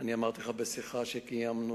אמרתי לך בשיחה שקיימנו,